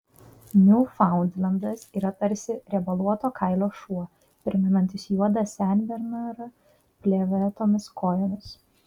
niūfaundlendas yra tarsi riebaluoto kailio šuo primenantis juodą senbernarą plėvėtomis kojomis